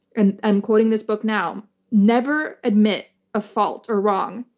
and i'm quoting this book now never admit a fault or wrong,